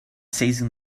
seizing